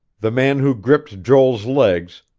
the man who gripped joel's legs,